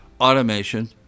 automation